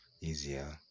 easier